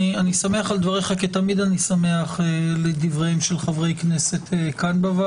אני שמח על דבריך כי תמיד אני שמח לדבריהם של חברי כנסת כאן,